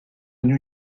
new